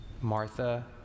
Martha